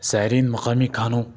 زائرین مقامی کھانوں